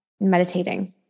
Meditating